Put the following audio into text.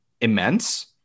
immense